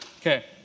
Okay